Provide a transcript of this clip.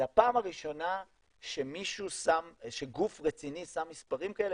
זו הפעם הראשונה שגוף רציני שם מספרים כאלה.